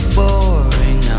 boring